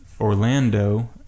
Orlando